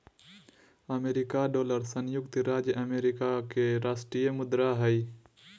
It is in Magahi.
अमेरिका डॉलर संयुक्त राज्य अमेरिका के राष्ट्रीय मुद्रा हइ